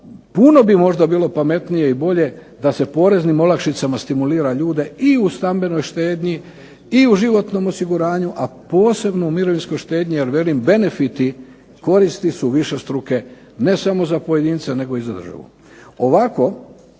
Puno bi možda bilo pametnije i bolje da se poreznim olakšicama stimulira ljude i u stambenoj štednji i u životnom osiguranju, a posebno u mirovinskoj štednji, jer velim benefiti koristi su višestruke ne samo za pojedinca nego i za državu. Ovako